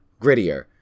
grittier